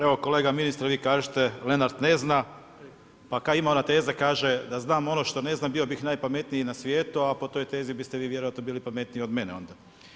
Evo kolega ministre vi kažete, Lenart ne zna, pa kao ima ona teza, kaže „Da znam ono što ne znam, bio bih najpametniji na svijetu“ a po toj tezi biste vi bili vjerovatno bili pametniji od mene onda.